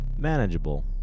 manageable